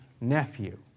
nephew